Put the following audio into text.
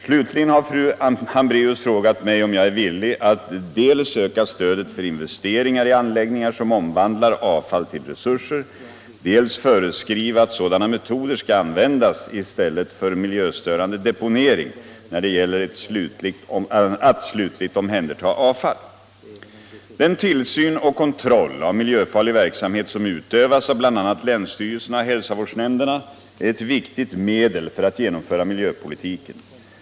Slutligen har fru Hambraeus frågat mig om jag är villig att dels öka stödet för investeringar i anläggningar som omvandlar avfall till resurser, dels föreskriva att sådana metoder skall användas i stället för miljöstörande deponering när det gäller att slutligt omhänderta avfall. Den tillsyn och kontroll av miljöfarlig verksamhet som utövas av bl.a. länsstyrelserna och hälsovårdsnämnderna är ett viktigt medel för att genomföra miljöpolitiken.